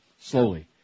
slowly